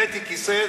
הבאתי כיסא,